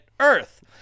earth